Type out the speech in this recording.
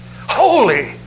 Holy